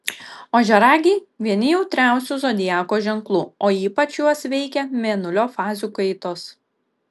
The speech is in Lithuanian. ožiaragiai vieni jautriausių zodiako ženklų o ypač juos veikia mėnulio fazių kaitos